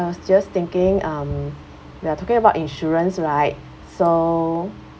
I was just thinking um we are talking about insurance right so